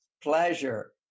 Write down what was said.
pleasure